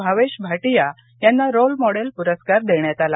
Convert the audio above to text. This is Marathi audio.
भावेश भाटिया यांना रोल मॉडेल पुरस्कार देण्यात आला